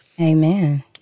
Amen